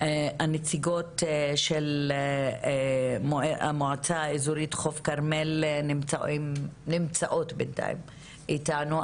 הנציגות של המועצה האזורית חוף כרמל נמצאות בינתיים איתנו.